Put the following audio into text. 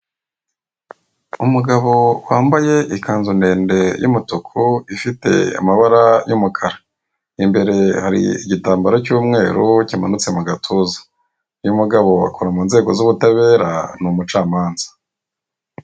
Umugabo wambaye ikanzu ndende y'umutuku ifite amabara y'umukara, imbere hari igitambaro cy'umweru kimanutse mu gatuza. Uyu mugabo akora mu nzego z'ubutabera ni umucamanza.